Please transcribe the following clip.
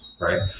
Right